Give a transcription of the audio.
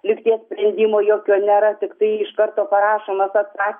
lygties sprendimo jokio nėra tiktai iš karto parašomas atsa